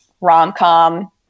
rom-com